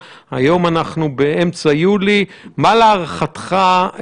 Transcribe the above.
של 36 שעות קריטיות שבהן האנשים שבאו במגע איתו עשויים